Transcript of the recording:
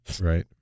right